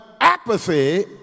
apathy